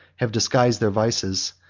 have disguised their vices,